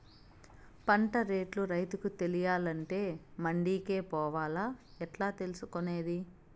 పంట రేట్లు రైతుకు తెలియాలంటే మండి కే పోవాలా? ఎట్లా తెలుసుకొనేది?